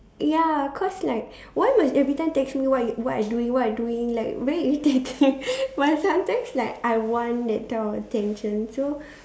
ya cause like why must every time text me what you what I doing what I doing like very irritating but sometimes like I want that type of attention so